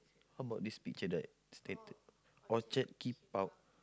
how about this picture that stated Orchard keep out